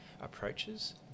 Approaches